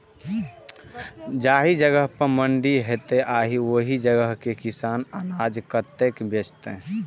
जाहि जगह पर मंडी हैते आ ओहि जगह के किसान अनाज कतय बेचते?